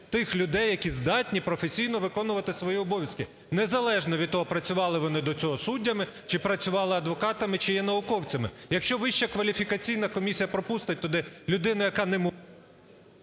тих людей, які здатні професійно виконувати свої обов'язки, незалежно від того, працювали вони до цього суддями чи працювали адвокатами, чи є науковцями. Якщо Вища кваліфікаційна комісія пропустить туди людину, яка не може…